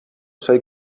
sai